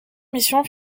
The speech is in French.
missions